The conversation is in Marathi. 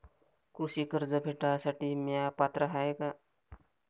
कृषी कर्ज भेटासाठी म्या पात्र हाय का?